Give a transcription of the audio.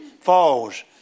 falls